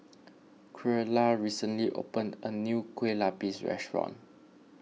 Creola recently opened a new Kueh Lupis restaurant